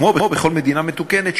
כמו בכל מדינה מתוקנת,